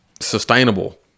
Sustainable